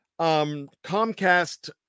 Comcast